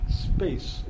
space